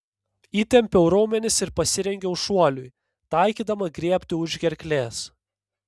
įtempiau raumenis ir pasirengiau šuoliui taikydama griebti už gerklės